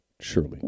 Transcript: Surely